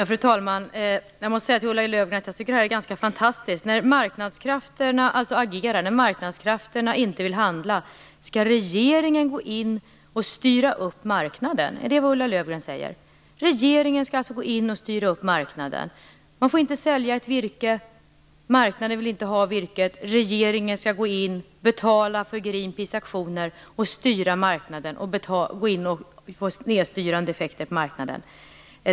Fru talman! Jag måste säga till Ulla Löfgren att jag tycker att det är ganska fantastiskt att när marknadskrafterna inte vill handla skall regeringen gå in och styra upp marknaden. Är detta vad Ulla Löfgren menar? Man skulle alltså inte få sälja ett virke. Marknaden vill inte ha virket. Regeringen skall då gå in och betala för Greenpeace aktioner och styra marknaden, vilket skulle ge snedstyrande effekter på marknaden.